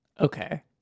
okay